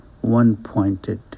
one-pointed